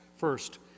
First